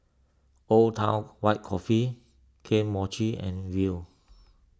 Old Town White Coffee Kane Mochi and Viu